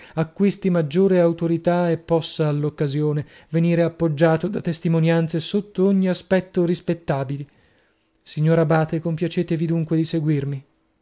acquisti maggiore autorità e possa all'occasione venire appoggiato da testimonianze sotto ogni aspetto rispettabili signor abate compiacetevi dunque di seguirmi